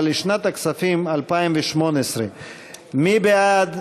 אבל לשנת הכספים 2018. מי בעד?